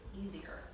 easier